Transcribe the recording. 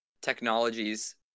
technologies